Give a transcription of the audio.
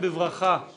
שלום לכולם,